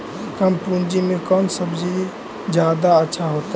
कम पूंजी में कौन सब्ज़ी जादा अच्छा होतई?